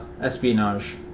espionage